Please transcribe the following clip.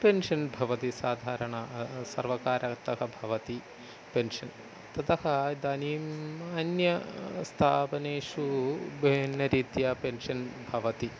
pension भवति साधारण सर्वकारतः भवति पेन्शन् ततः इदानीम् अन्य स्थापनेषु भिन्नरीत्या पेन्शन् भवति